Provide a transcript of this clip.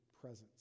presence